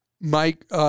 Mike